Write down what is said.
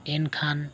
ᱮᱱᱠᱷᱟᱱ